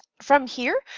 from here,